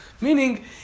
Meaning